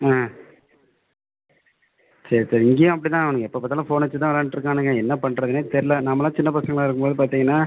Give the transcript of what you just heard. ம் சரி சரி இங்கேயும் அப்படிதான் அவனுங்க எப்போ பார்த்தாலும் ஃபோனை வச்சுதான் விளையாண்ட்டுருக்கானுங்க என்ன பண்ணுறதுனே தெரியல நாமலாம் சின்ன பசங்களாக இருக்கும்போது பார்த்திங்கன்னா